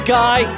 guy